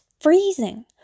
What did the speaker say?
freezing